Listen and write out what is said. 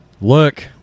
look